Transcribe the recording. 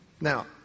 Now